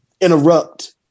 interrupt